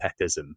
petism